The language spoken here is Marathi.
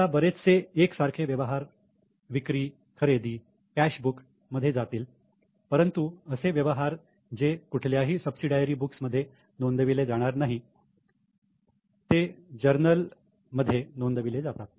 आता बरेचसे एक सारखे व्यवहार विक्री खरेदी कॅश बुक मध्ये जातील परंतु असे व्यवहार जे कुठल्याही सबसिडायरी बुक्स मध्ये नोंदविले जाणार नाही जर्नल मध्ये नोंदविले जातील